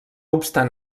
obstant